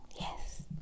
Yes